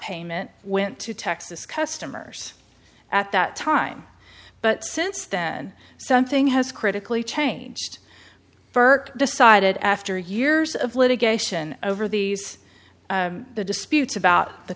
payment went to texas customers at that time but since then something has critically changed burke decided after years of litigation over these the disputes about the